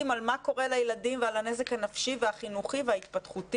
על מה קורה לילדים ועל הנזק הנפשי והחינוכי וההתפתחותי,